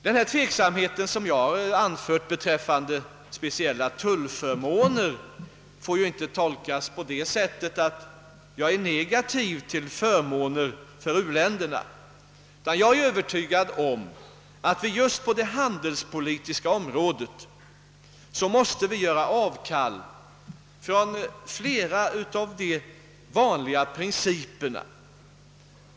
Den tveksamhet jag anfört beträffande speciella tullförmåner får inte tolkas på det sättet att jag skulle vara negativt inställd till förmåner åt u-länderna. Jag är övertygad om att vi just på det handelspolitiska området måste göra avkall på flera av de vanliga principerna.